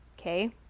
okay